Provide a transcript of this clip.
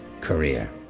career